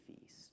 feast